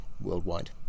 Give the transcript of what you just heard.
worldwide